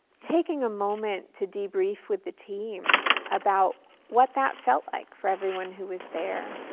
taking a moment to debrief with the team about what that felt like for everyone who was there.